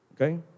okay